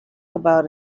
about